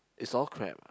it's all crab lah